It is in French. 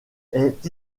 est